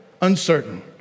uncertain